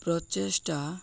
ପ୍ରଚେଷ୍ଟା